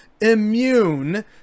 immune